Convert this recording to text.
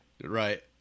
Right